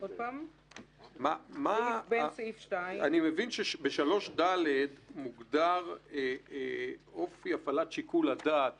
אני מבין שב-3ד מוגדר אופי הפעלת שיקול הדעת